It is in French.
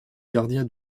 gardien